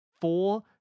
four